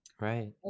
right